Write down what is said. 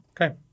Okay